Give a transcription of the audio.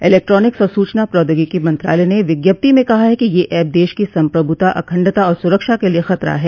electronics और सूचना प्रौद्योगिकी मंत्रालय ने विज्ञप्ति में कहा है कि ये एप देश की संप्रभुता अखंडता और सुरक्षा के लिए खतरा है